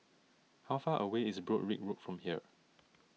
how far away is Broadrick Road from here